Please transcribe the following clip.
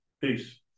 Peace